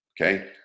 okay